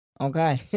Okay